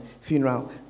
funeral